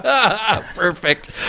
perfect